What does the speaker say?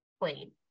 plane